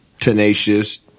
tenacious